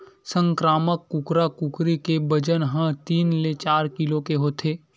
संकरामक कुकरा कुकरी के बजन ह तीन ले चार किलो के होथे